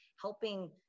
helping